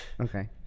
Okay